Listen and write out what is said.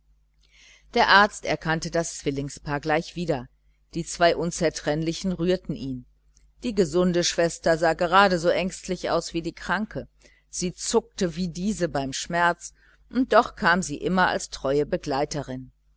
der arzt erkannte das zwillingspaar gleich wieder die zwei unzertrennlichen rührten ihn die gesunde schwester sah gerade so ängstlich aus wie die kranke sie zuckte wie diese beim schmerz und doch kam sie immer als treue begleiterin